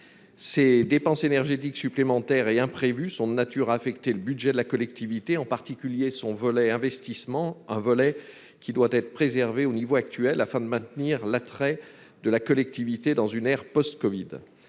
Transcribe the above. Ces dépenses énergétiques supplémentaires et imprévues sont de nature à affecter le budget de la collectivité, en particulier son volet investissement, lequel doit être préservé au niveau actuel, afin de maintenir l'attrait de la collectivité dans une ère post-covid.